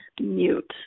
mute